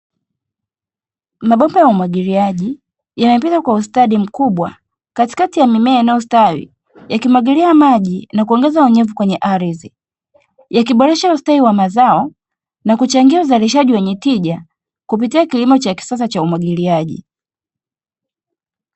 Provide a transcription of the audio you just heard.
Mabomba ya umwagiliaji, yamepangwa kwa ustadi mkubwa katikati ya mimea, inayostawi yakimwagilia maji na kuongeza unyevu kwenye ardhi, yakiboresha ustawi wa mazao na kuchangia uzalishaji wenye tija kupitia kilimo cha kisasa cha umwagiliaji.